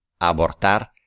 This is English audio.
abortar